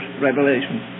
revelation